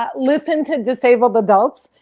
but listen to disabled adults.